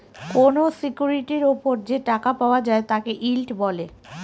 কোনো সিকিউরিটির ওপর যে টাকা পাওয়া যায় তাকে ইল্ড বলে